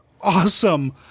awesome